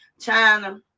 China